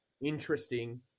interesting